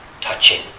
touching